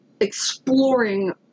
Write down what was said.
exploring